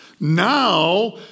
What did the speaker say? Now